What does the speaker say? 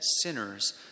sinners